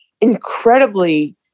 incredibly